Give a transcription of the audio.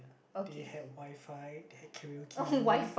they had WiFi they had karaoke room